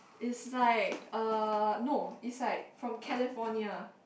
it's like uh no it's like from California